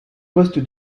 poste